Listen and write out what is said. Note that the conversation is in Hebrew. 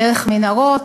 דרך מנהרות.